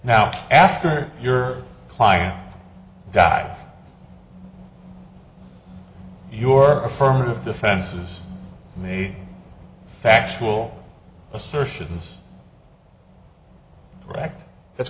now after your client die your affirmative defenses made factual assertions correct that's